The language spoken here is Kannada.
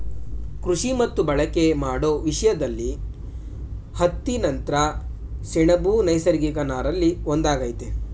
ಕೃಷಿ ಮತ್ತು ಬಳಕೆ ಮಾಡೋ ವಿಷಯ್ದಲ್ಲಿ ಹತ್ತಿ ನಂತ್ರ ಸೆಣಬು ನೈಸರ್ಗಿಕ ನಾರಲ್ಲಿ ಒಂದಾಗಯ್ತೆ